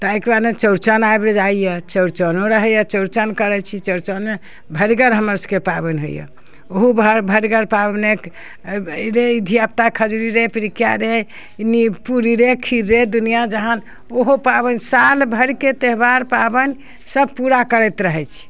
तऽ अइके बादमे चौड़चन आबि जाइए चौड़चनो रहैय चौड़चन करै छी चौड़चनमे भरिगर हमर सबके पाबनि होइए ओहू भरिगर पाबनकि धियापुता खजुरी रे पिरिकिया रे ई पूरी रे खीर रे दुनिआँ जहान ओहो पाबनि सालभरिके त्यौहार पाबनि सब पूरा करैत रहै छी